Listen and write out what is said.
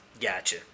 Gotcha